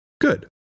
Good